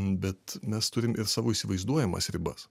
bet mes turim ir savo įsivaizduojamas ribas